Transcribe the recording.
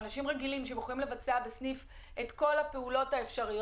הרי אנשים רגילים שהם יכולים לבצע בסניף את כל הפעולות האפשריות,